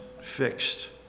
fixed